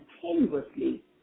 continuously